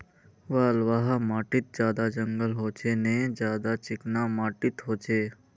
बलवाह माटित ज्यादा जंगल होचे ने ज्यादा चिकना माटित होचए?